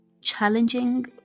challenging